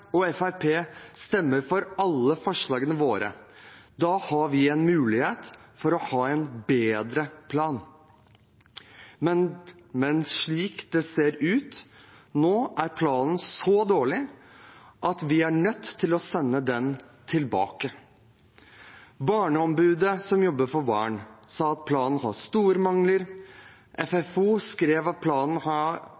og Fremskrittspartiet stemmer for alle forslagene våre, har vi en mulighet for å ha en bedre plan. Men slik det ser ut nå, er planen så dårlig at vi er nødt til å sende den tilbake. Barneombudet, som jobber for barn, sa at planen har store mangler.